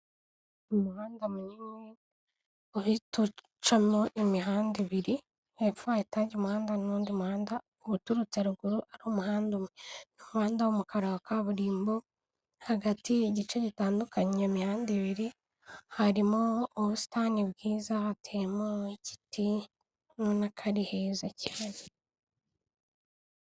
Umuhanda munini uhita ucamo imihanda ibiri, hepfo hahita yajya umuhanda n'undi muhanda uturutse ruguru ari umuhanda umwe, umuhanda w'umukara wa kaburimbo, hagati igice gitandukanye iyo mihanda ibiri, harimo ubusitani bwiza hateyemo igiti ubona ko ari heza cyane.